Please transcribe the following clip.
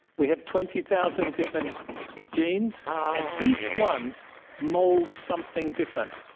we have twenty thousand different genes and each one moulds something different.